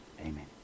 amen